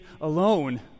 alone